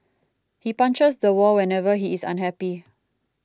he punches the wall whenever he is unhappy